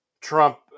Trump